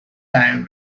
time